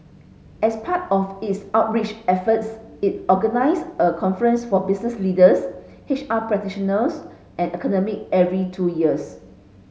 as part of its outreach efforts it organise a conference for business leaders H R practitioners and academic every two years